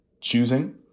choosing